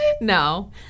No